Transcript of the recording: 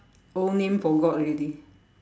old name forgot already